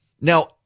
Now